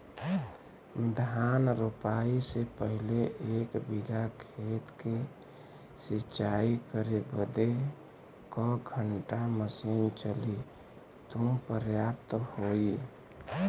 धान रोपाई से पहिले एक बिघा खेत के सिंचाई करे बदे क घंटा मशीन चली तू पर्याप्त होई?